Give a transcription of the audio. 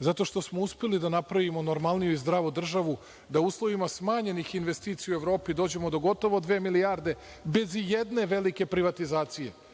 zato što smo uspeli da napravimo normalniju i zdravu državu, da u uslovima smanjenih investicija u Evropi dođemo do gotovo dve milijarde, bez ijedne velike privatizacije. Neću